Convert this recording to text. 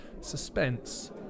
suspense